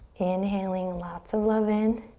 inhaling lots of love in.